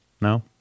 no